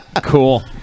Cool